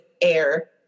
air